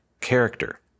Character